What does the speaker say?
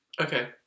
okay